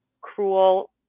cruel